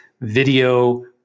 video